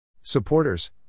Supporters